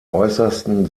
äußersten